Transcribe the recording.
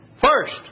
First